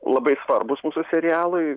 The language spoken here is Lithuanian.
labai svarbūs mūsų serialui